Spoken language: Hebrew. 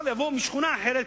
יבואו עכשיו משכונה אחרת,